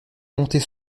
monter